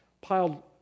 piled